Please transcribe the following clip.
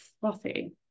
frothy